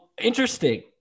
interesting